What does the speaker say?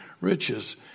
riches